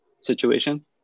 situation